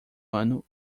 ano